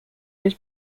this